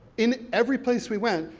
in every place we went,